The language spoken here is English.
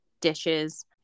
dishes